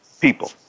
people